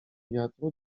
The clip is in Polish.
wiatru